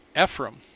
Ephraim